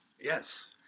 Yes